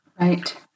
Right